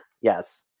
Yes